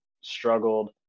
struggled